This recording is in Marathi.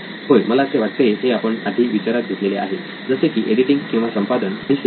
होय मला असे वाटते हे आपण आधी विचारात घेतलेले आहे जसे की एडिटिंग किंवा संपादन आणि सेविंग